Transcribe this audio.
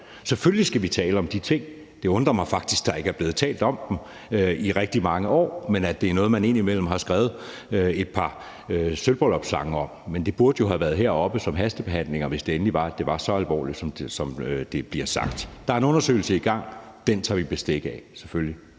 Selvfølgelig skal vi tale om de ting. Det undrer mig faktisk, at der ikke er blevet talt om det i rigtig mange år, men at det er noget, man indimellem har skrevet et par sølvbryllupssange om. Men det burde jo have været noget, man havde hastebehandlet her i Folketingssalen, hvis det endelig var så alvorligt, som det bliver sagt. Der er en undersøgelse i gang – den tager vi bestik af, selvfølgelig.